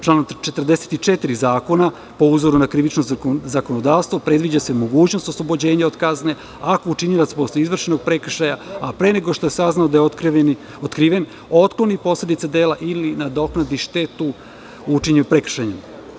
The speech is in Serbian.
Članom 44. zakona, po uzoru na krivično zakonodavstvo, predviđa se mogućnost oslobođenja od kazne ako učinilac posle izvršenog prekršaja, a pre nego što je saznao da je otkriven, otkloni posledice dela ili nadoknadi štetu učinjenu prekršajem.